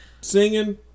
singing